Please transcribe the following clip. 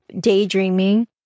daydreaming